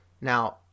Now